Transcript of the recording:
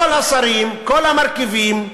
כל השרים, כל המרכיבים,